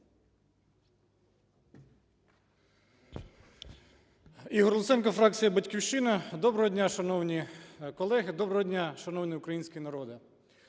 Ігор Луценко, фракція "Батьківщина". Доброго дня, шановні колеги! Доброго дня, шановний український народе!